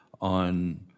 on